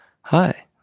Hi